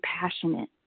passionate